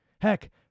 Heck